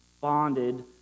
bonded